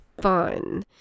fun